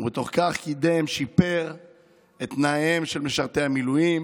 ובתוך כך קידם ושיפר את תנאיהם של משרתי המילואים.